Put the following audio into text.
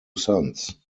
sons